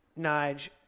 Nige